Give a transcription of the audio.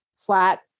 Flat